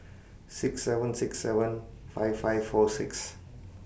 six seven six seven five five four six